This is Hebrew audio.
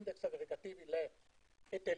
-- היטלים,